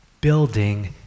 building